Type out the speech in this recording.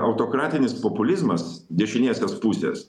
autokratinis populizmas dešinėsės pusės